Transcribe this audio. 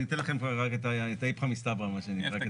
אני אתן לך רק את האיפכא מסתברא, מה שנקרא.